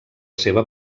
seva